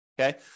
Okay